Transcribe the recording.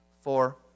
Four